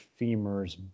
femurs